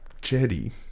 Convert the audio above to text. Jetty